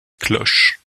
cloches